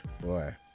Boy